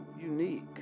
unique